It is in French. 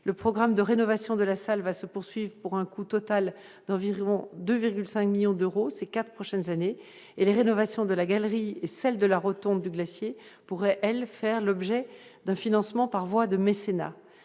le programme de rénovation de la salle va se poursuivent pour un coût total d'environ 2,5 millions d'euros, ces 4 prochaines années, et les rénovations de la galerie et celle de la Rotonde du glacier pourrait-elle faire l'objet d'un financement par voie de mécénat